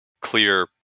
clear